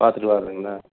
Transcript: பார்த்துட்டு வாரதுங்களா